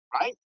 right